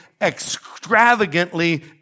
Extravagantly